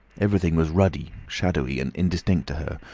everything was ruddy, shadowy, and indistinct to her,